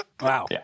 Wow